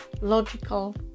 logical